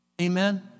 Amen